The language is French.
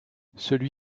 celui